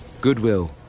Goodwill